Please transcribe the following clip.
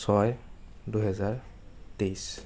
ছয় দুহেজাৰ তেইছ